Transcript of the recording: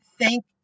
Thank